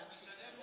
זה משנה,